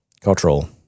cultural